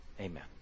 amen